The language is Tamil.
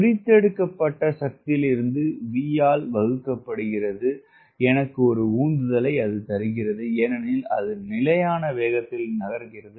பிரித்தெடுக்கப்பட்ட சக்தியிலிருந்து V ஆல் வகுக்கப்படுவது எனக்கு ஒரு உந்துதலைத் தருகிறது ஏனெனில் அது நிலையான வேகத்தில் நகர்கிறது